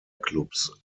clubs